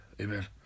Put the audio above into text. amen